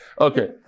Okay